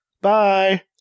bye